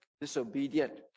disobedient